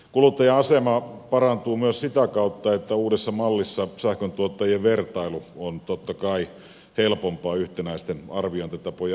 kuluttajan asema parantuu myös sitä kautta että uudessa mallissa sähkön tuottajien vertailu on totta kai helpompaa yhtenäisten arviointitapojen ansiosta